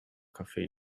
cafe